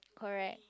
alright